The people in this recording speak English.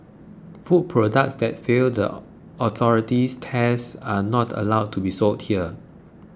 food products that fail the authority's tests are not allowed to be sold here